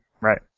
Right